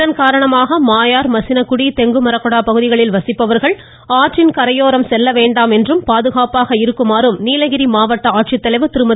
இதன் காரணமாக மாயார் மசினக்குடி தெங்குமரடா பகுதிகளில் வசிப்பவர்கள் ஆற்றின் கரையோரம் செல்லாமல் பாதுகாப்பாக இருக்குமாறு நீலகிரி மாவட்ட ஆட்சித்தலைவா திருமதி